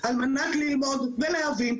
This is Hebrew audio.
אבל אני גם רוצה לבדוק את המוח שלהם כדי לראות אם זה